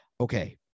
Okay